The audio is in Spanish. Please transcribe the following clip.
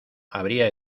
habría